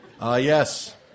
Yes